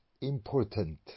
important